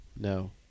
No